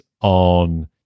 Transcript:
on